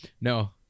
no